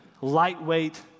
lightweight